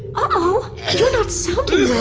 um ah you're not sounding